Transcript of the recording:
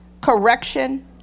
correction